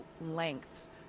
lengths